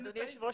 אדוני היושב ראש,